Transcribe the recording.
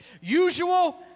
Usual